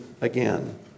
again